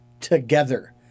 together